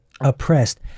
oppressed